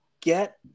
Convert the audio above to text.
get